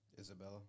Isabella